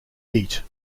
eat